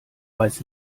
weiß